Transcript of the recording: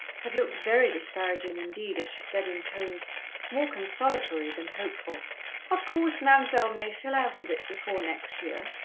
had looked very disparaging indeed as she said, in tones more consolatory than hopeful of course, mam'selle may fill out a bit before next year.